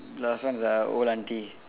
last one is uh old aunty